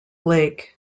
lake